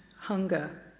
hunger